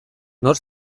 nor